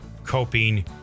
coping